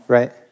Right